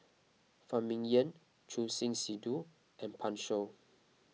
Phan Ming Yen Choor Singh Sidhu and Pan Shou